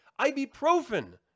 ibuprofen